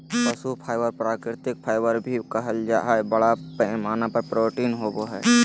पशु फाइबर प्राकृतिक फाइबर भी कहल जा हइ, बड़ा पैमाना में प्रोटीन होवो हइ